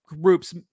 groups